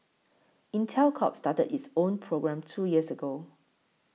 Intel Corp started its own program two years ago